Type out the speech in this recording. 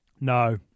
No